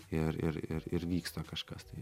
ir ir ir ir vyksta kažkas tai